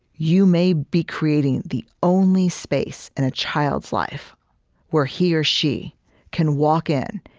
you may be creating the only space in a child's life where he or she can walk in,